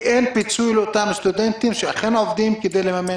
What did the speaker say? אין פיצוי לאותם סטודנטים שאכן עובדים כדי לממן